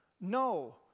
No